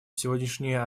сегодняшнее